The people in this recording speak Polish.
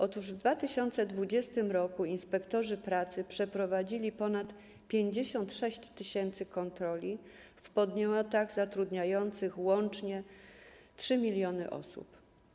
Otóż w 2020 r. inspektorzy pracy przeprowadzili ponad 56 tys. kontroli w podmiotach zatrudniających łącznie 3 mln osób.